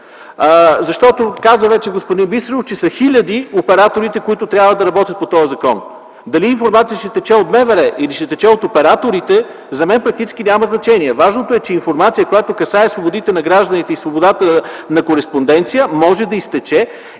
Защото, каза вече господин Бисеров, хиляди са операторите, които трябва да работят по този закон. Дали информацията ще тече от МВР, или от операторите за мен практически няма значение. Важното е, че информация, касаеща свободите на гражданите и свободата на кореспонденцията, може да изтече.